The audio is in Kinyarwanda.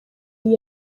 yari